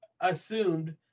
assumed